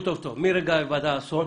מרגע היוודע האסון,